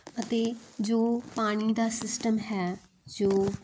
ਅਤੇ ਜੋ ਪਾਣੀ ਦਾ ਸਿਸਟਮ ਹੈ ਜੋ